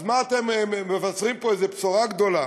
אז מה אתם מבשרים פה איזו בשורה גדולה?